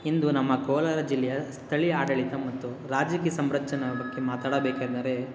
ಇಂದು ನಮ್ಮ ಕೋಲಾರ ಜಿಲ್ಲೆಯ ಸ್ಥಳೀಯ ಆಡಳಿತ ಮತ್ತು ರಾಜಕೀಯ ಸಂರಚನೆ ಬಗ್ಗೆ ಮಾತಾಡಬೇಕೆಂದರೆ